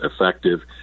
effective